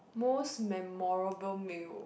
most memorable meal